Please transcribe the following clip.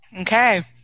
Okay